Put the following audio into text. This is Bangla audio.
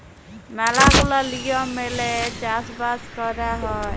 ম্যালা গুলা লিয়ম মেলে চাষ বাস কয়রা হ্যয়